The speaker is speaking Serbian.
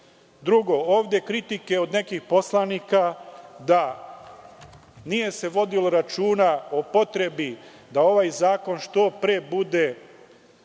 ovde kritike od nekih poslanika da nije se vodilo računa o potrebi da ovaj zakon što pre bude